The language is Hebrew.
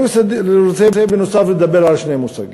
אני רוצה, בנוסף, לדבר על שני מושגים,